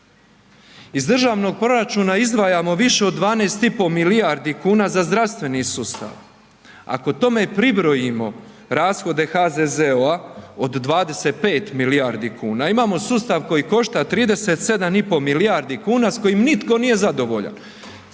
Iz državnog proračuna izdvajamo više od 12,5 milijarde kuna za zdravstveni sustav, ako tome pribrojimo rashode HZZO-a od 25 milijardi kuna, imamo sustav koji košta 37,5 milijardi kuna s kojim nitko nije zadovoljan,